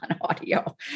audio